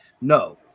No